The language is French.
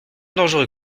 dangereux